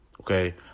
Okay